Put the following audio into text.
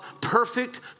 perfect